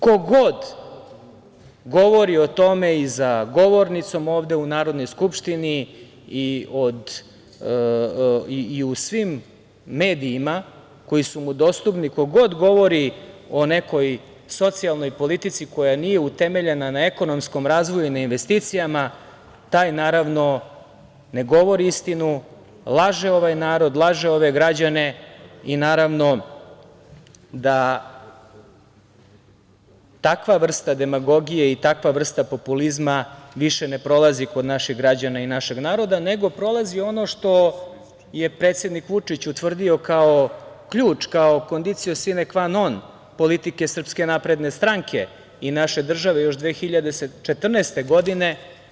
Ko god govori o tome i za govornicom ovde u Narodnoj Skupštini i u svim medijima koji su mu dostupni, ko god govori o nekoj socijalnoj politici koja nije utemeljena na ekonomskom razvoju i na investicijama taj ne govori istinu, laže ovaj narod, laže ove građane i takva vrsta demagogije i takva vrsta populizma više ne prolazi kod naših građana i našeg naroda, nego prolazi ono što je predsednik Vučić utvrdio kao ključ, kao conditio sine qua non politike SNS i naše države još 2014. godine.